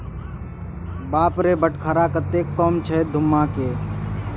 बाप रे बटखरा कतेक कम छै धुम्माके